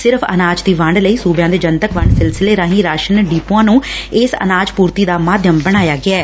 ਸਿਰਫ਼ ਅਨਾਜ ਦੀ ਵੰਡ ਲਈ ਸੁਬਿਆਂ ਦੇ ਜਨਤਕ ਵੰਡ ਸਿਲਸਿਲੇ ਰਾਹੀ ਰਾਸ਼ਨ ਡਿਪੁਆਂ ਨੂੰ ਇਸ ਅਨਾਜ ਪੁਰਤੀ ਦਾ ਮਾਧਿਅਮ ਬਣਾਇਆ ਗਿਐ